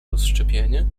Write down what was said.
rozszczepienie